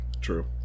True